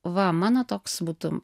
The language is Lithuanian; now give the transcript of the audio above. va mano toks būtų